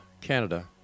Canada